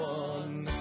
one